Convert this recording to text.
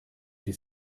she